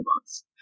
box